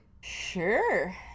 Sure